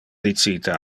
dicite